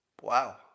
Wow